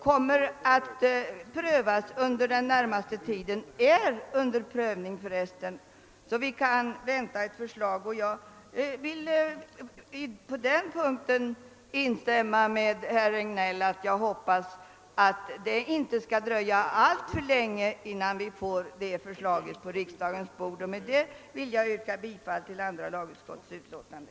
Jag instämmer med herr Regnéll så till vida att jag hoppas att det inte skall dröja alltför länge innan vi får det förslaget på riksdagens bord. Med detta vill jag yrka bifall till andra lagutskottets utlåtande.